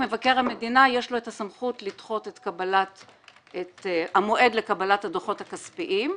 למבקר המדינה יש את הסמכות לדחות את המועד לקבלת הדוחות הכספיים,